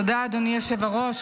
תודה, אדוני היושב-ראש.